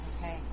Okay